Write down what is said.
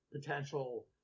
potential